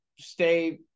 stay